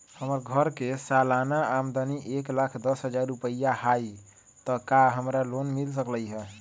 हमर घर के सालाना आमदनी एक लाख दस हजार रुपैया हाई त का हमरा लोन मिल सकलई ह?